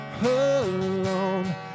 alone